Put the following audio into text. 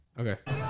Okay